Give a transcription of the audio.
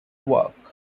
work